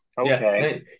Okay